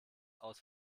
aus